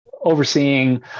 overseeing